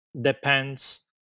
depends